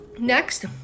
Next